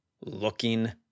Looking